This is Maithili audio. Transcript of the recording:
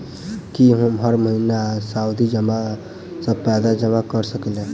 की हम हर महीना सावधि जमा सँ पैसा जमा करऽ सकलिये?